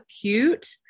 cute